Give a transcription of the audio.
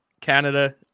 Canada